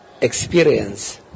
experience